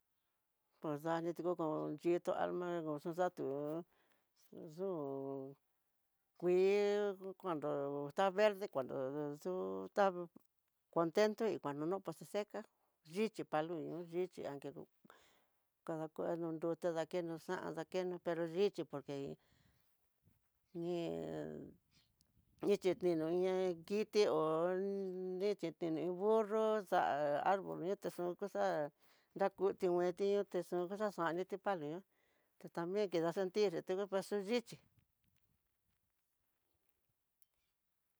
Pordani tuko xhitó almanga yutu xakó, ndu'ú kuii, cuanto esta verde, cuanto xu ta contatento y cuanto no pus se seca, yichi palo yichi aun que kadakueno nrute dakeno kueno nrute dakeno xan pero nrichí por que ñe nrichí tiño ñe kiti hó nrichi tini burro xa'á arbol yute xuyu xa'á nrakuti ngueti, nruku xa'a xaxaniti palo ñuan tetambien keda sentir xhiti paxu yichí.